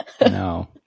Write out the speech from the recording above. No